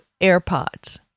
AirPods